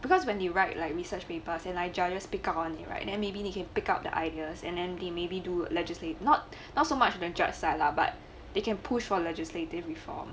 because when you write right like research paper then our judges pick up on the right then maybe he can pick up the ideas and then they maybe do legislate not not so much that job side lah but they can push for legislative reform